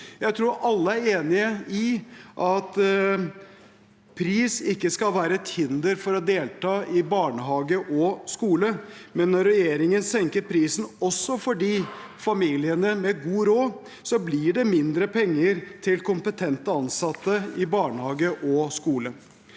Jeg tror alle er enig i at pris ikke skal være et hinder for å delta i barnehage og skole, men når regjeringen senker prisen også for familiene med god råd, blir det mindre penger til kompetente ansatte i barnehage og skole.